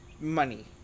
Money